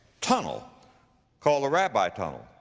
tunnel called the rabbi tunnel.